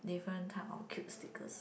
different type of cute stickers